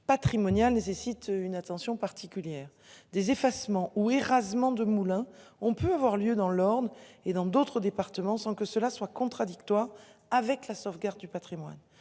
patrimonial nécessite une attention particulière des effacements ou écrasement de Moulins. On peut avoir lieu dans l'ordre et dans d'autres départements, sans que cela soit contradictoire avec la sauvegarde du Patrimoine.